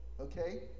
okay